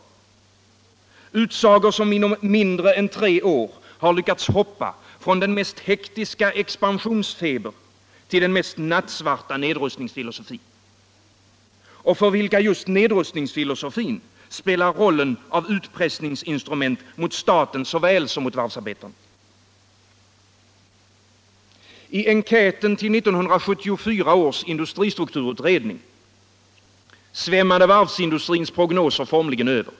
Det är ju utsagor som inom mindre än tre år har lyckats hoppa från den mest hektiska expansionsfeber till den mest nattsvarta nedrustningsfilosofi, och för vilken just nedrustningsfilosofin spelar rollen av utpressningsinstrument mot såväl staten som varvsarbetarna. I enkäten till 1974 års industristrukturutredning svämmade varvsindustrins prognoser formligen över.